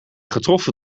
getroffen